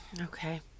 okay